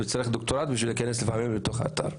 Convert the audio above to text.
צריך דוקטורט בשביל להיכנס לפעמים לאתר.